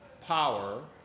power